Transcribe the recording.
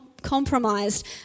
compromised